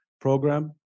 program